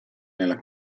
nella